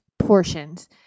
portions